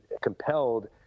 compelled